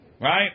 Right